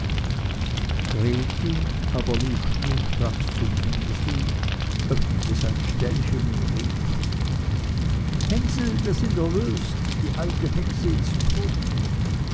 gretel aber lief schnurstracks zum hänsel öffnete sein ställchen und rief hänsel wir sind erlöst die alte hexe ist tot